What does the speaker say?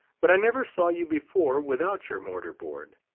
but i never saw you before without your mortar-board.